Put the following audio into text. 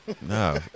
No